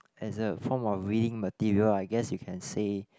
as a form of reading material I guess you can say